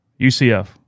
UCF